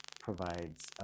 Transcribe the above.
provides